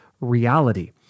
reality